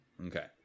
Okay